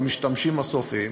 למשתמשים הסופיים,